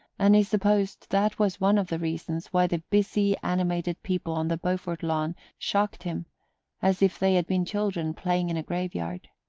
and he supposed that was one of the reasons why the busy animated people on the beaufort lawn shocked him as if they had been children playing in a grave-yard.